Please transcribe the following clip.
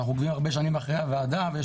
אנחנו עוקבים הרבה שנים אחרי הוועדה ויש